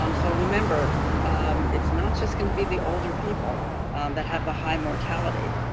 um so remember it's not just going to be the older people that have the high mortality.